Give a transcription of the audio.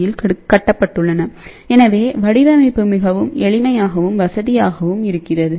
யில் கட்டப்பட்டுள்ளன எனவே வடிவமைப்பு மிகவும் எளிமையாகவும் வசதியாகவும் ஆகிறது